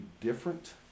different